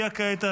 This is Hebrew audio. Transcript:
49 בעד, 60 נגד.